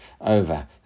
over